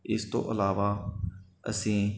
ਇਸ ਤੋਂ ਇਲਾਵਾ ਅਸੀਂ